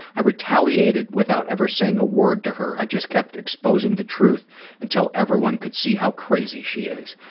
i retaliated without ever saying a word to her. i just kept exposing the truth until everyone could see how crazy she is.